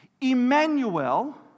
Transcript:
Emmanuel